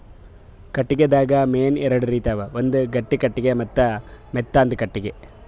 ಕಟ್ಟಿಗಿದಾಗ್ ಮೇನ್ ಎರಡು ರೀತಿ ಅವ ಒಂದ್ ಗಟ್ಟಿ ಕಟ್ಟಿಗಿ ಮತ್ತ್ ಮೆತ್ತಾಂದು ಕಟ್ಟಿಗಿ